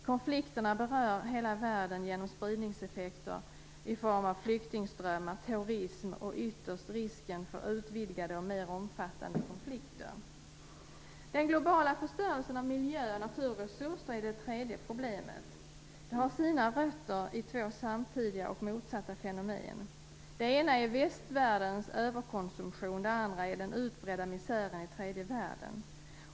Konflikterna berör hela värden genom spridningseffekter i form av flyktingströmmar, terrorism och ytterst risken för utvidgade och mer omfattande konflikter. Den globala förstörelsen av miljö och naturresurser är det tredje problemet. Det har sina rötter i två samtidiga och motsatta fenomen. Det ena är västvärldens överkonsumtion, det andra är den utbredda misären i tredje världen.